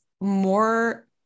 more